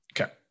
Okay